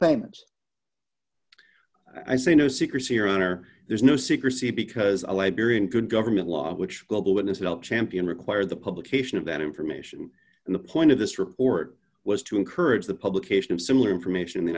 payments i see no secrecy or honor there's no secrecy because the liberian good government law which global witness will champion require the publication of that information and the point of this report was to encourage the publication of similar information in the